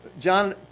John